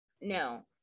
no